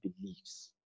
beliefs